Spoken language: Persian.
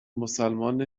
مسلمان